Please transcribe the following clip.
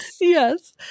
Yes